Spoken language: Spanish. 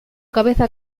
cabecera